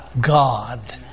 God